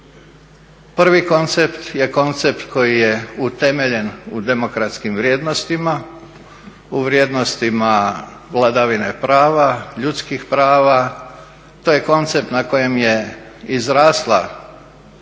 Prvi koncept je koncept koji je utemeljen u demokratskih vrijednostima, u vrijednostima vladavine prava, ljudskih prava. To je koncept na kojem je izrasla